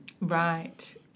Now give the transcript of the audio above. Right